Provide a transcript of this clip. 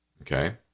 Okay